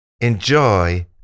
Enjoy